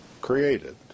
created